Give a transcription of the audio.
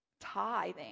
tithing